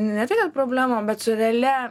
ne tai kad problemom bet su realia